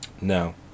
No